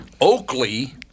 Oakley